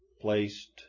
placed